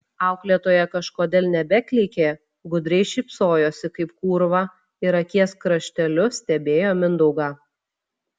auklėtoja kažkodėl nebeklykė gudriai šypsojosi kaip kūrva ir akies krašteliu stebėjo mindaugą